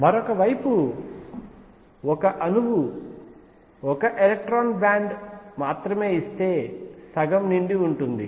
మరోవైపు ఒక అణువు ఒక ఎలక్ట్రాన్ బ్యాండ్ మాత్రమే ఇస్తే సగం నిండి ఉంటుంది